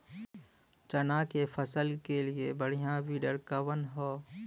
चना के फसल के लिए बढ़ियां विडर कवन ह?